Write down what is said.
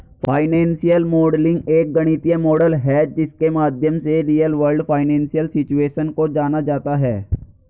financial modelling एक गणितीय model है जिसके माध्यम से रियल वर्ल्ड फाइनेंशियल सिचुएशन को जाना जाता है